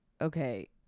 Okay